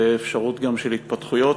וגם האפשרות של התפתחויות,